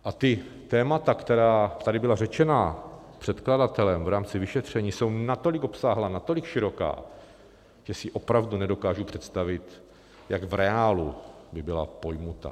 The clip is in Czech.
A ta témata, která tady byla řečena předkladatelem v rámci vyšetření, jsou natolik obsáhlá, natolik široká, že si opravdu nedokážu představit, jak v reálu by byla pojata.